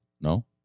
no